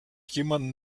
jemanden